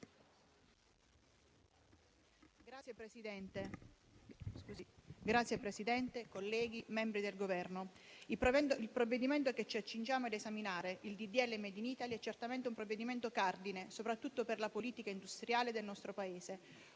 Signor Presidente, colleghi, membri del Governo, quello che ci accingiamo ad esaminare, il disegno di legge *made in Italy*, è certamente un provvedimento cardine, soprattutto per la politica industriale del nostro Paese,